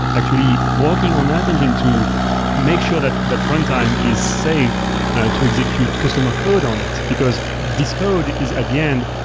actually working on app engine to make sure that that runtime is safe to execute customer code on it, because this code is, at the end,